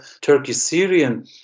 Turkey-Syrian